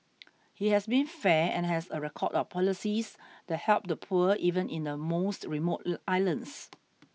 he has been fair and has a record of policies that help the poor even in the most remote islands